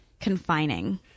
confining